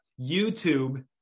youtube